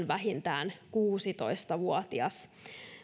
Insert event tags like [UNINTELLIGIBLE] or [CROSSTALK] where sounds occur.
[UNINTELLIGIBLE] vähintään kuusitoista vuotias